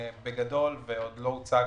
בגדול, ועוד לא הוצג